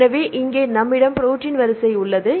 எனவே இங்கே நம்மிடம் ப்ரோடீன் வரிசை உள்ளது